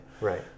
Right